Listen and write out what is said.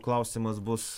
klausimas bus